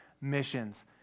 missions